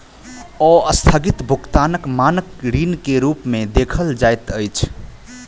अस्थगित भुगतानक मानक ऋण के रूप में देखल जाइत अछि